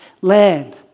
land